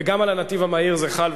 גם על הנתיב המהיר זה חל,